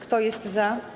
Kto jest za?